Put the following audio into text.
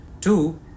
Two